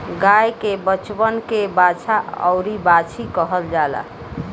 गाय के बचवन के बाछा अउरी बाछी कहल जाला